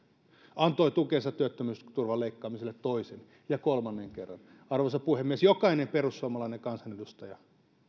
antoi tukensa työttömyysturvan leikkaamiselle toisen ja kolmannen kerran arvoisa puhemies jokainen perussuomalainen kansanedustaja